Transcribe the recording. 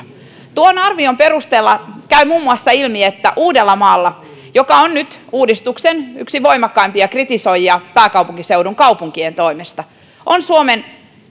tuon arvion perusteella käy ilmi muun muassa että uudellamaalla joka on nyt uudistuksen yksi voimakkaimpia kritisoijia pääkaupunkiseudun kaupunkien toimesta on suomen